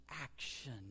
action